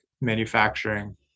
manufacturing